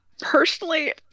personally